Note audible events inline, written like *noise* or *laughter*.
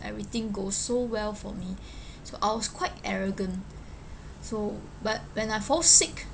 everything go so well for me *breath* so I was quite arrogant so but when I fall sick